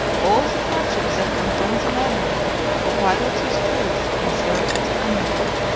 all the hardships that confront the mariner who pilots his crews in search of the unknown.